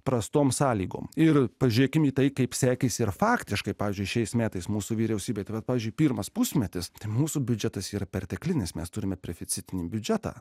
prastoms sąlygoms ir pažiūrėkime į tai kaip sekėsi ir faktiškai pavyzdžiui šiais metais mūsų vyriausybė bet pavyzdžiui pirmas pusmetis tai mūsų biudžetas yra perteklinis mes turime preficitinį biudžetą